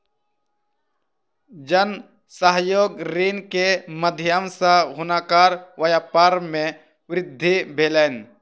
जन सहयोग ऋण के माध्यम सॅ हुनकर व्यापार मे वृद्धि भेलैन